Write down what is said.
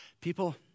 People